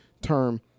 term